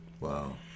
Wow